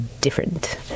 different